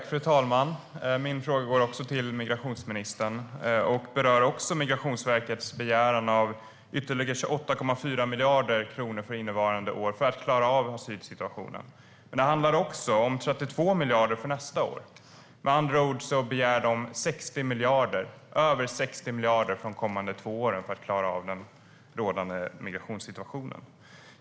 Fru talman! Även min fråga går till migrationsministern och berör Migrationsverkets begäran om ytterligare 28,4 miljarder kronor för innevarande år för att klara av asylsituationen. Men det handlar också om 32 miljarder för nästa år. Med andra ord begär man över 60 miljarder för de kommande två åren för att klara av den rådande migrationssituationen.